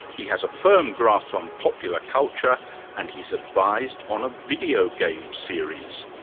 he has a firm grasp on popular culture and he has advised on a video game series.